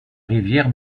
rivière